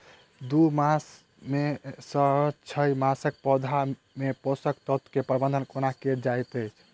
दू मास सँ छै मासक पौधा मे पोसक तत्त्व केँ प्रबंधन कोना कएल जाइत अछि?